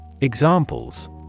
Examples